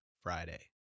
Friday